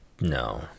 No